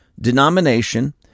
denomination